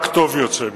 רק טוב יוצא מזה.